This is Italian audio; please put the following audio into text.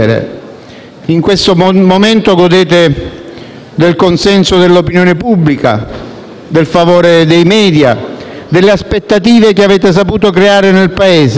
In questo momento godete del consenso dell'opinione pubblica, del favore dei *media*, delle aspettative che avete saputo creare nel Paese.